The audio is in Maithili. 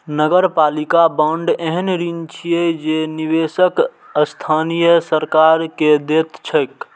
नगरपालिका बांड एहन ऋण छियै जे निवेशक स्थानीय सरकार कें दैत छैक